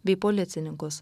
bei policininkus